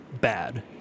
Bad